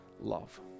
love